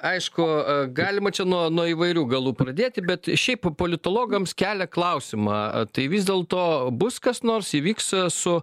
aišku galima čia nuo nuo įvairių galų pradėti bet šiaip politologams kelia klausimą tai vis dėlto bus kas nors įvyks su